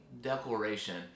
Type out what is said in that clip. declaration